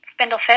Spindlefish